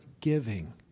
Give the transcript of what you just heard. giving